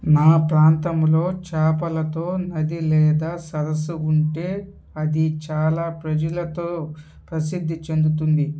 నా ప్రాంతంలో చేపలతో నది లేదా సరస్సు ఉంటే అది చాలా ప్రజులతో ప్రసిద్ధి చెందుతుంది